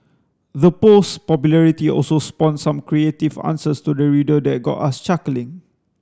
the post's popularity also spawned some creative answers to the riddle that got us chuckling